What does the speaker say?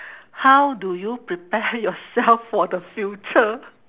how do you prepare yourself for the future